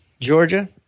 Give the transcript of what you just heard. Georgia